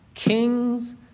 Kings